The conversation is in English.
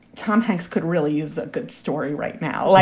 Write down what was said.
tom hanks could really is a good story right now. like,